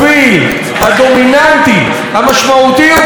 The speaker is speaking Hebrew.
המשמעותי ביותר בשוק הפקות הקולנוע